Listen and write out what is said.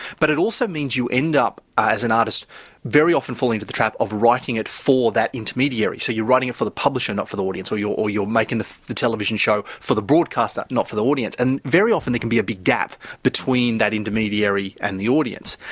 but it also means you end up as an artist very often falling into the trap of writing it for that intermediary, so you are writing it for the publisher, not for the audience, or you or you are making the the television show for the broadcaster, not for the audience. and very often there can be a big gap between that intermediary and the audience.